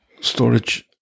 Storage